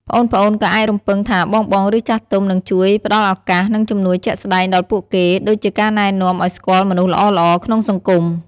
ប្អូនៗក៏អាចរំពឹងថាបងៗ ឬចាស់ទុំ នឹងជួយ ផ្ដល់ឱកាស និងជំនួយជាក់ស្ដែងដល់ពួកគេ ដូចជាការណែនាំឱ្យស្គាល់មនុស្សល្អៗក្នុងសង្គម។